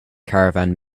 caravan